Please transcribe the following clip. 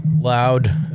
Loud